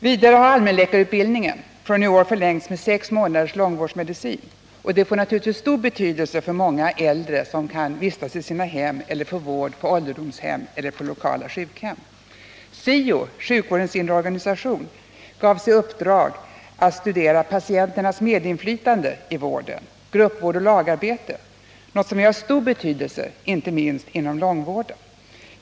Vidare har allmänläkarutbildningen fr.o.m. i år förlängts med sex månaders långvårdsmedicin, vilket naturligtvis får stor betydelse för många äldre, som kan vistas i sina hem eller få vård på ålderdomshem eller på lokala sjukhem. SIO, sjukvårdens inre organisation, fick i uppdrag att studera patienternas medinflytande i vården, gruppvård och lagarbete, något som är av stor betydelse, inte minst inom långvården.